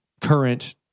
current